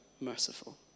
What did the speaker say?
merciful